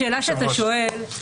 השאלה שאתה שואל,